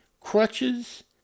crutches